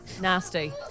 Nasty